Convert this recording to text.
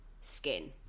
skin